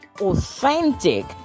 authentic